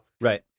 Right